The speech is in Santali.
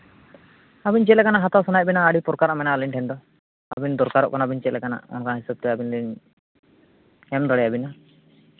ᱟᱹᱵᱤᱱ ᱪᱮᱫ ᱞᱮᱠᱟᱱᱟᱜ ᱦᱟᱛᱟᱣ ᱥᱟᱱᱟᱭᱮᱫ ᱵᱮᱱᱟ ᱟᱹᱰᱤ ᱯᱨᱚᱠᱟᱨᱟᱜ ᱢᱮᱱᱟᱜᱼᱟ ᱟᱹᱞᱤᱧ ᱴᱷᱮᱱ ᱫᱚ ᱟᱹᱵᱤᱱ ᱫᱚᱨᱠᱟᱨᱚᱜ ᱠᱟᱱᱟᱵᱮᱱ ᱪᱮᱫ ᱞᱮᱠᱟᱱᱟᱜ ᱚᱱᱠᱟ ᱦᱤᱥᱟᱹᱵ ᱛᱮ ᱟᱹᱵᱤᱱ ᱞᱤᱧ ᱮᱢ ᱫᱟᱲᱮᱭᱟᱵᱮᱱᱟ